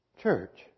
church